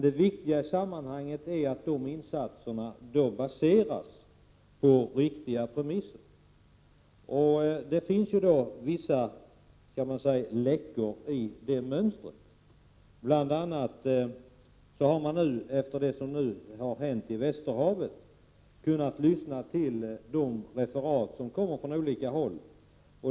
Det viktiga i sammanhanget är dock att dessa insatser baseras på riktiga premisser. Det finns vissa läckor i mönstret, så att säga. Efter det som har hänt i Västerhavet har vi kunnat lyssna till referat från olika håll.